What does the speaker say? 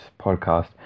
podcast